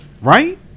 right